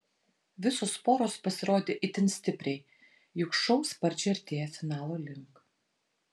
visos poros pasirodė itin stipriai juk šou sparčiai artėja finalo link